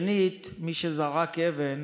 שנית, מי שזרק אבן,